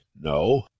No